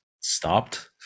stopped